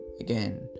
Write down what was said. again